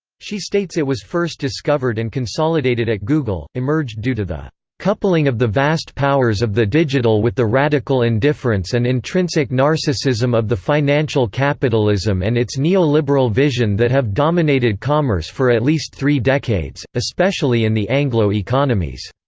she states it was first discovered and consolidated at google, emerged due to the coupling of the vast powers of the digital with the radical indifference and intrinsic narcissism of the financial capitalism and its neoliberal vision that have dominated commerce for at least three decades, especially in the anglo economies